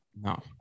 No